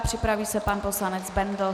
Připraví se pan poslanec Bendl.